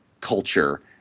culture